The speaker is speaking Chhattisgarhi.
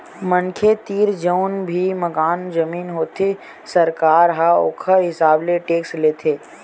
मनखे तीर जउन भी मकान, जमीन होथे सरकार ह ओखर हिसाब ले टेक्स लेथे